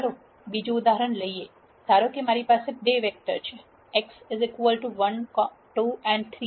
ચાલો બીજું ઉદાહરણ લઈએ ધારો કે મારી પાસે 2 વેક્ટર છે X 1 2 3T અને Y 2 4 6